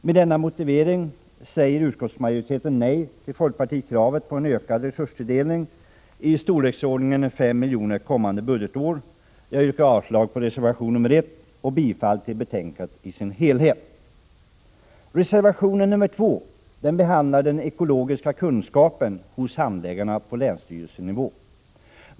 Med denna motivering säger utskottsmajoriteten nej till folkpartikravet på ökad resurstilldelning i storleksordningen 5 milj.kr. för kommande budgetår. Jag yrkar avslag på reservation nr 1 och bifall till utskottets hemställan. Reservation nr 2 behandlar den ekologiska kunskapen hos handläggarna på länsstyrelsenivå.